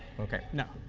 okay. now,